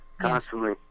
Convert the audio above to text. Constantly